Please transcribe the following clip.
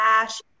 cash